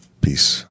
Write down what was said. Peace